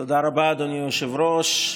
אדוני היושב-ראש,